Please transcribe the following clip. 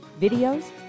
videos